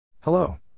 Hello